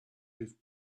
with